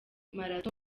marato